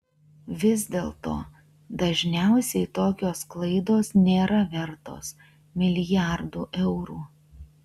vis dėlto dažniausiai tokios klaidos nėra vertos milijardų eurų